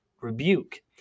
rebuke